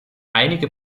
einige